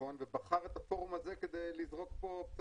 שמחון ובחר את הפורום הזה כדי לזרוק פה פצצה